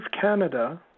Canada